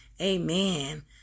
Amen